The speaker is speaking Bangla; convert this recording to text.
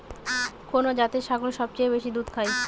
কোন জাতের ছাগল সবচেয়ে বেশি দুধ দেয়?